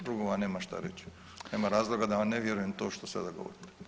Drugo vam nemam šta reći, nema razloga da vam ne vjerujem to što sada govorite.